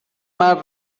مرد